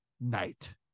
night